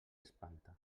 espanta